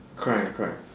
crime crime